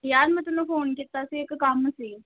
ਯਾਰ ਮੈਂ ਤੈਨੂੰ ਫੋਨ ਕੀਤਾ ਸੀ ਇੱਕ ਕੰਮ ਸੀ